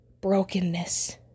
brokenness